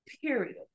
Period